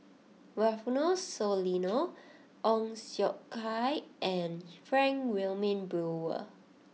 Rufino Soliano Ong Siong Kai and Frank Wilmin Brewer